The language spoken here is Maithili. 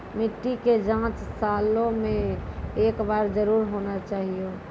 मिट्टी के जाँच सालों मे एक बार जरूर होना चाहियो?